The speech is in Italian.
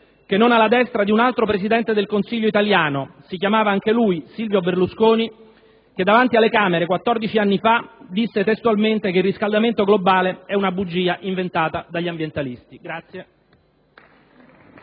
che non alla destra di un altro Presidente del Consiglio italiano (si chiamava anche lui Silvio Berlusconi), che davanti alle Camere, quattordici anni fa, disse testualmente che "il riscaldamento globale è una bugia inventata dagli ambientalisti".